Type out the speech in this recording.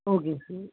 ஓகேங்க சார்